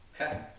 Okay